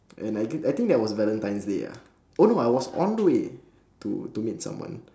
and I think I think that was valentines day ah oh no I was on the way to to meet someone